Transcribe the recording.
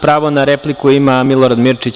Pravo na repliku ima Milorad Mirčić.